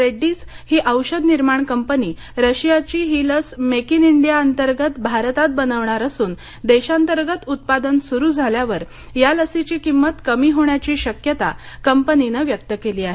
रेड्डीज ही औषध निर्माण कंपनी रशियाची ही लस मेक इन इंडिया अंतर्गत भारतात बनवणार असून देशांतर्गत उत्पादन सुरू झाल्यावर या लसीची किंमत कमी होण्याची शक्यता कंपनीनं व्यक्त केली आहे